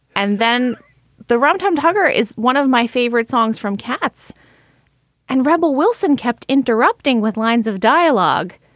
and then the um time to hunger is one of my favorite songs from cats and rebel. wilson kept interrupting with lines of dialogue.